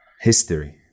History